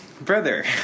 Brother